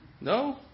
No